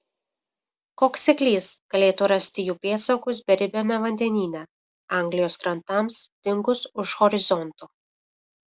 koks seklys galėtų rasti jų pėdsakus beribiame vandenyne anglijos krantams dingus už horizonto